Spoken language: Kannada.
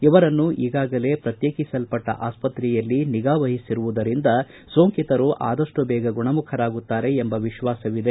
ಇವರನ್ನು ಈಗಾಗಲೇ ಪ್ರತ್ನೇಕಿಸಲ್ಪಟ್ಷ ಆಸ್ವತ್ರೆಯಲ್ಲಿ ನಿಗಾವಹಿಸಿರುವುದರಿಂದ ಸೋಂಕಿತರು ಆದಷ್ಟು ಬೇಗ ಗುಣಮುಖರಾಗುತ್ತಾರೆ ಎಂಬ ವಿತ್ತಾಸವಿದೆ